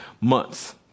months